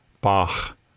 Bach